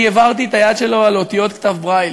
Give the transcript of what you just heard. העברתי את היד שלו על אותיות כתב ברייל.